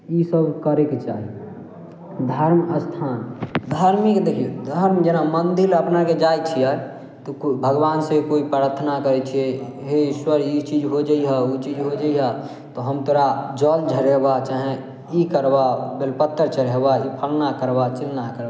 ओ करेके चाही धर्मस्थान धार्मिक देखियौ धर्म जेना मन्दिर अपनाके जाइ छियै तऽ भगबान से कोइ प्रार्थना करै छियै हे ईश्वर ई चीज हो जैहऽ ओ चिज हो जैहऽ हम तोरा जल चढ़ैबो चाहे ई करबौ बेलपत्तर चढ़ैबो फलना करबौ चिलना करबौ